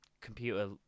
computer